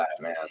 man